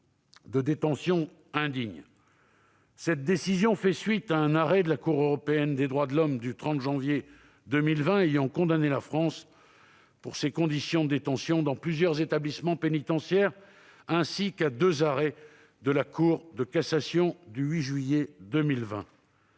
de détention indignes. Cette décision fait suite à un arrêt de la Cour européenne des droits de l'homme du 30 janvier 2020 ayant condamné la France pour ses conditions de détention dans plusieurs établissements pénitentiaires, ainsi qu'à deux arrêts de la Cour de cassation du 8 juillet 2020.